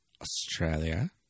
Australia